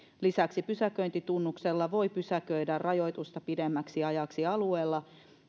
lisäksi pysäköintitunnuksella voi pysäköidä rajoitusta pidemmäksi ajaksi alueella